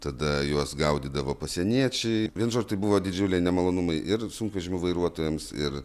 tada juos gaudydavo pasieniečiai vienžo tai buvo didžiuliai nemalonumai ir sunkvežimių vairuotojams ir